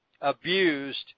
abused